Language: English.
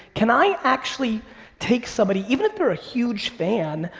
can i actually take somebody, even if they're a huge fan,